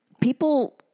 people